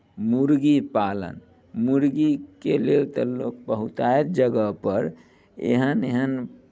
मुर्गी पालन मुर्गीके लेल तऽ लोक बहुतायत जगहपर एहन एहन